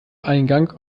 eingang